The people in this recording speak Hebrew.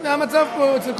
זה המצב פה אצל כל הדוברים.